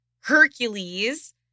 Hercules